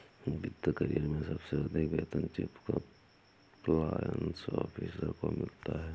वित्त करियर में सबसे अधिक वेतन चीफ कंप्लायंस ऑफिसर को मिलता है